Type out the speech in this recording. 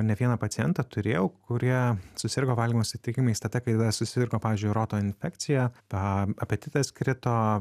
ne vieną pacientą turėjau kurie susirgo valgymo sutrikimais tada kada susirgo pavyzdžiui roto infekcija tą apetitas krito